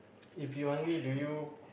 if you hungry do you